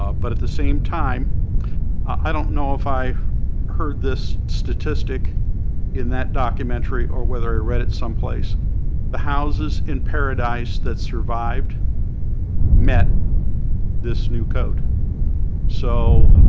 um but at the same time i don't know if i heard this statistic in that documentary or whether i read it someplace the houses in paradise that survived met this new code so